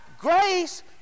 grace